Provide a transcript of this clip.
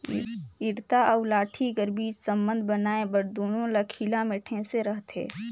इरता अउ लाठी कर बीच संबंध बनाए बर दूनो ल खीला मे ठेसे रहथे